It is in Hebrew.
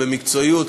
במקצועיות.